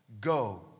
Go